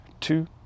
two